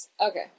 Okay